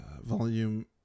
volume